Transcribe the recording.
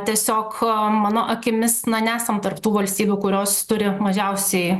tiesiog mano akimis na nesam tarp tų valstybių kurios turi mažiausiai